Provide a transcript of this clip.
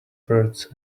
birds